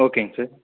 ஓகேங்க சார்